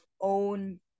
own